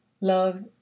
Love